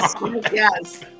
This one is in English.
yes